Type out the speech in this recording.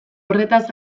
horretaz